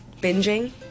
binging